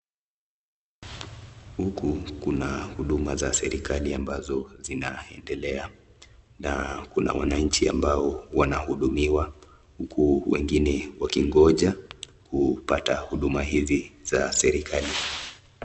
Huku kuna huduma za serikali ambazo zinaendelea na kuna wanainchi ambao wanahudumiwa huku wengine wakingoja kupata huduma hizi za serikali.